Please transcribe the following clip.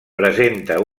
presenta